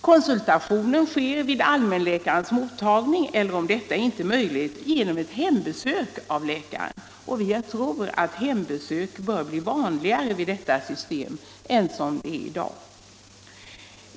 Konsultation sker vid allmänläkarens mottagning eller, om detta inte är möjligt, genom hembesök av läkare. Vi anser att hembesök bör bli vanligare vid detta system än i det nuvarande.